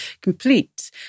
complete